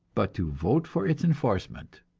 but to vote for its enforcement.